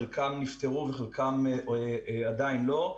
חלק נפתרו וחלקם עדיין לא,